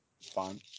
fine